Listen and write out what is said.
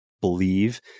believe